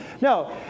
No